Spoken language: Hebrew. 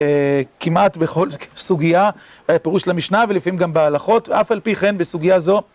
כמעט בכל סוגיה, פירוש למשנה ולפעמים גם בהלכות, אף על פי כן בסוגיה זו.